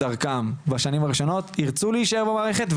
דרכם בשנים הראשונות ירצו להישאר במערכת,